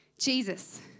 Jesus